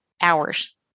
hours